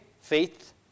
faith